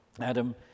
Adam